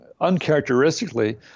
uncharacteristically